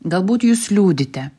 galbūt jūs liūdite